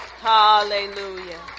Hallelujah